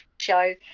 show